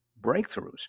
breakthroughs